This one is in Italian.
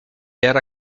era